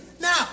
Now